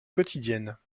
quotidiennes